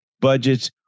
budgets